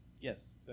Yes